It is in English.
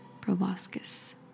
proboscis